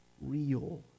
real